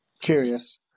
curious